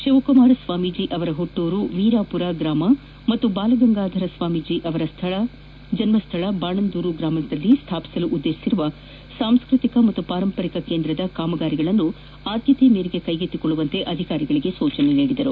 ಶಿವಕುಮಾರ ಸ್ವಾಮೀಜಿಯವರ ಹುಟ್ನೂರು ವೀರಾಪುರ ಗ್ರಾಮ ಹಾಗೂ ಬಾಲಗಂಗಾಧರನಾಥ ಸ್ವಾಮಿಯವರ ಜನ್ಮ ಸ್ಥಳ ಬಾನಂದೂರು ಗ್ರಾಮಗಳಲ್ಲಿ ಸ್ವಾಪಿಸಲು ಉದ್ದೇತಿಸಿರುವ ಸಾಂಸ್ಟತಿಕ ಮತ್ತು ಪಾರಂಪರಿಕ ಕೇಂದ್ರದ ಕಾಮಗಾರಿಗಳನ್ನು ಆದ್ಯತೆ ಮೇರೆಗೆ ಕೈಗೆತ್ತಿಕ್ಕೊಳ್ಳುವಂತೆ ಅಧಿಕಾರಿಗಳಿಗೆ ಸೂಚಿಸಿದರು